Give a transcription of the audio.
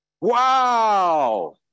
Wow